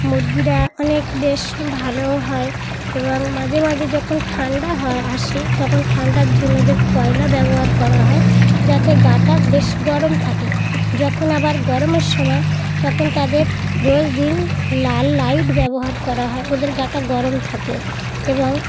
মুরগিরা অনেক বেশ ভালো হয় এবং মাঝে মাঝে যখন ঠান্ডা হয় আসে তখন ঠান্ডার জন্য ওদের কয়লা ব্যবহার করা হয় যাতে গা টা বেশ গরম থাকে যখন আবার গরমের সময় তখন তাদের রোজ দিন লাল লাইট ব্যবহার করা হয় ওদের গা টা গরম থাকে এবং